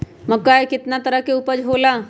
मक्का के कितना तरह के उपज हो ला?